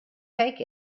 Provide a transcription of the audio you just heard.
take